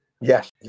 Yes